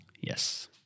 Yes